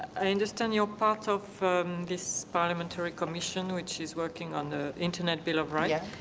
i understand you're part of this parliamentary commission which is working on the internet bill of rights?